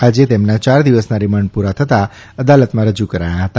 આજે તેમના યાર દિવસના રીમાન્ઠ પૂરાં થતાં અદાલતમાં રજુ કરાયા હતા